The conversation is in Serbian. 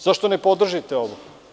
Zašto ne podržite ovo?